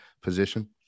position